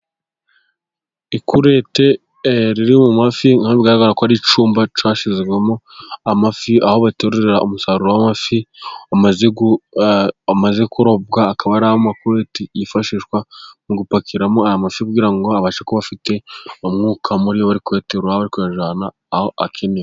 Ikurete riri mu mafi bigaragara ko ari icyumba cyashyizwemo amafi, aho baterurira umusaruro w'amafi amaze korobwa, akaba ari amakureti yifashishwa mu gupakiramo aya mafi, kugira ngo abashe kuba afite umwuka muri yo, bari kuyaterura akajyanwa aho akenewe.